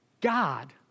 God